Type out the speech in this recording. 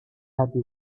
happy